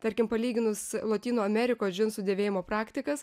tarkim palyginus lotynų amerikos džinsų dėvėjimo praktikas